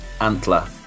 Antler